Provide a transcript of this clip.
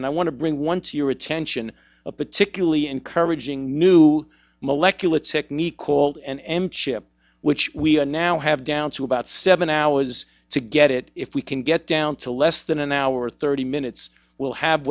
and i want to bring one to your attention a particularly encouraging new molecular technique called an m chip which we are now have down to about seven hours to get it if we can get down to less than an hour thirty minutes we'll have